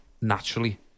naturally